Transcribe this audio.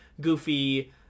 Goofy